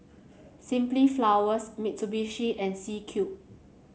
Simply Flowers Mitsubishi and C Cube